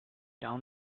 down